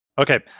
Okay